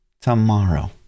tomorrow